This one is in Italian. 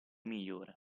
migliore